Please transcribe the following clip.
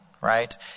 right